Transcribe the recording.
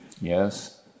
yes